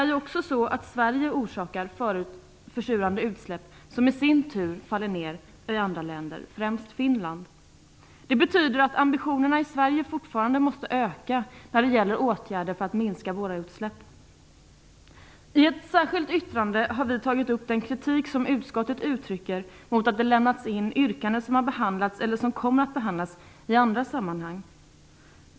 Men också Sverige förorsakar försurande utsläpp som i sin tur faller ner i andra länder, främst i Finland. Det betyder att ambitionerna i Sverige fortfarande måste öka när det gäller åtgärder för att minska våra utsläpp. I ett särskilt yttrande tar vi upp den kritik som utskottet uttrycker mot att yrkanden lämnats in som har behandlats eller som kommer att behandlas i andra sammanhang.